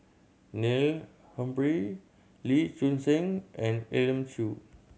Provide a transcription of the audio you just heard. Neil Humphrey Lee Choon Seng and Elim Chew